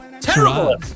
Terrible